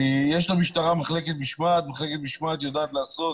יש למשטרה מחלקת משמעת, מחלקת משמעת יודעת לעשות